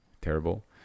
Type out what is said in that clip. terrible